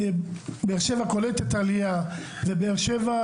באר שבע קולטת עלייה ובאר שבע,